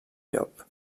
llop